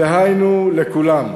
דהיינו, לכולם.